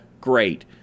great